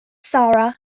sarah